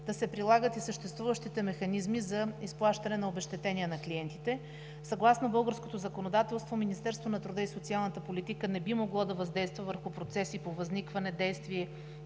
да се прилагат и съществуващите механизми за изплащане на обезщетения на клиентите. Съгласно българското законодателство Министерството на труда и социалната политика не би могло да въздейства върху процеси по възникване, действие